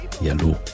Yalu